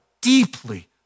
deeply